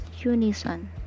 unison